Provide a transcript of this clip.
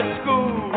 school